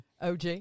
OG